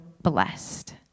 blessed